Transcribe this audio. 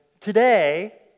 today